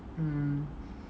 mm